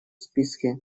списке